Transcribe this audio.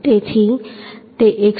જેથી તે 189